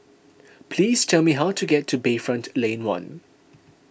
please tell me how to get to Bayfront Lane one